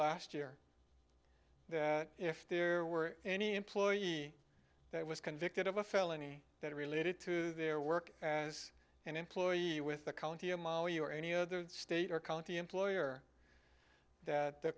last year if there were any employee that was convicted of a felony that related to their work as an employee with the county or any other state or county employer that the